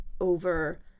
over